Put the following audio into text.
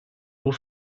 pour